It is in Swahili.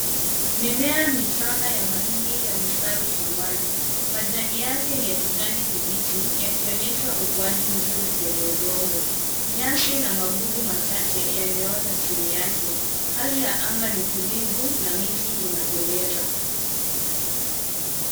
Mimea michanga ya mahindi yamestawi shambani. Majani yake ni ya kijani kibichi, yakionyesha ukuaji mzuri kwenye udongo. Nyasi na magugu machache yameota chini yake. Hali ya anga ni tulivu na miti inapendeza.